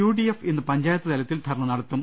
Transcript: U D F ഇന്ന് പഞ്ചായത്ത് തലത്തിൽ ധർണ നടത്തും